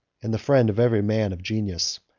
and the friend of every man of genius.